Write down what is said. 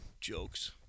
jokes